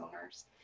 owners